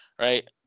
Right